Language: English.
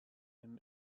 him